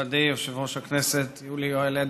מכובדי יושב-ראש הכנסת יולי יואל אדלשטיין,